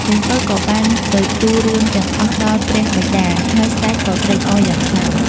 នាងពៅ ក៏បានទៅទូលរឿងទាំងអស់ដល់ព្រះបិតា ហើយស្តេចក៏ត្រេកអរយ៉ាងខ្លាំង ។